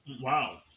Wow